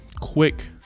quick